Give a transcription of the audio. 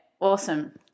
Awesome